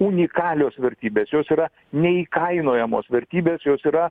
unikalios vertybės jos yra neįkainojamos vertybės jos yra